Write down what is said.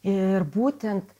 ir būtent